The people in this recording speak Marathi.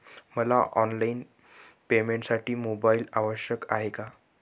मला ऑनलाईन पेमेंटसाठी मोबाईल आवश्यक आहे का?